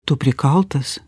tu prikaltas